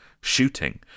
shooting